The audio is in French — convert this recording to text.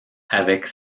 avec